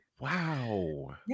Wow